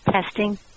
testing